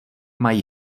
mají